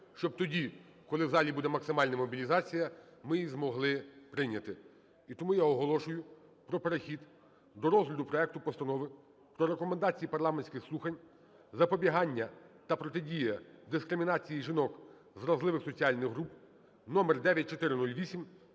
щоб тоді, коли в залі буде максимальна мобілізація, ми її змогли прийняти. І тому я оголошую про перехід до розгляду проекту Постанови про Рекомендації парламентських слухань: "Запобігання та протидія дискримінації жінок з вразливих соціальних груп" (№9408).